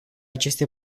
aceste